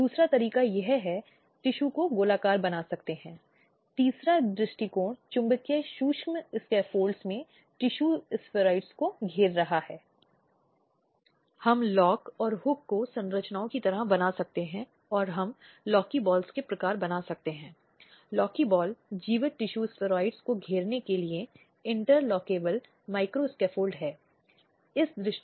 और अक्टूबर 2016 में हाल के एक फैसले में यह सर्वोच्च न्यायालय द्वारा फैसला सुनाया गया है कि घरेलू हिंसा को बढ़ावा देने और बहकाने में महिलाएं भी हो सकती हैं क्योंकि इस तथ्य को मान्यता दी गई है फिर कई बार मुख्य अपराधी घर की महिलाओं के खिलाफ घर की दूसरी महिलाएं हो सकती हैं कि बहनें मां हो सकती हैं या अन्य बहू हो सकती हैं आदि